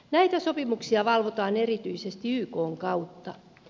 näitä sopimuksia valvotaan erityisesti ykn kautta